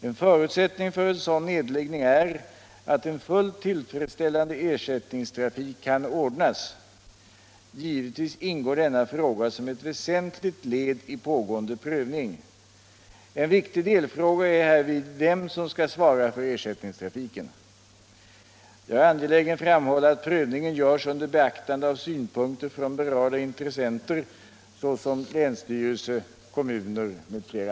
En förutsättning för en Övertorneå sådan nedläggning är att en fullt tillfredsställande ersättningstrafik kan ordnas. Givetvis ingår denna fråga som ett väsentligt led i pågående prövning. En viktig delfråga är härvid vem som skall svara för ersättningstrafiken. Jag är angelägen framhålla att prövningen görs under beaktande av synpunkter från berörda intressenter — länsstyrelse, kommuner m.fl.